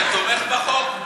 אתה תומך בחוק?